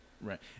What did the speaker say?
Right